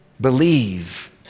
believe